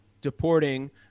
deporting